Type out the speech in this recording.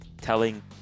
telling